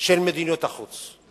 של מדיניות החוץ.